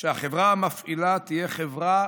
שהחברה המפעילה תהיה חברה